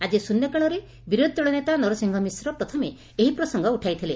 ଆଜି ଶ୍ରନ୍ୟକାଳରେ ବିରୋଧୀ ଦଳ ନେତା ନରସିଂହ ମିଶ୍ର ପ୍ରଥମେ ଏହି ପ୍ରସଙ୍ଙ ଉଠାଇଥିଲେ